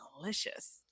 delicious